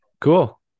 cool